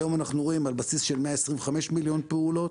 היום אנחנו רואים על בסיס של 125 מיליון פעולות